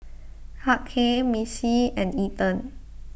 Hughey Missie and Ethen